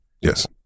Yes